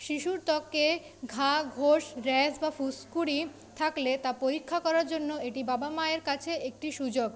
শিশুর ত্বকে ঘা ঘোষ র্যাশ বা ফুস্কুড়ি থাকলে তা পরীক্ষা করার জন্য এটি বাবা মায়ের কাছে একটি সুযোগ